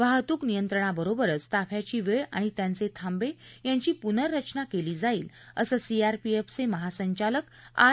वाहतूक नियंत्रणाबरोबरच ताफ्याची वेळ आणि त्यांचे थांवे यांची पुनर्रचना केली जाईल असं सीआरपीएफचे महासंचालक आर